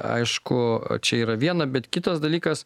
aišku čia yra viena bet kitas dalykas